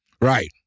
Right